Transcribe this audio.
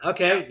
Okay